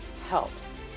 helps